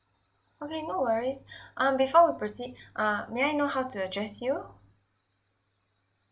okay no worries um before we proceed uh may I know how to address you